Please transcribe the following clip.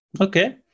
Okay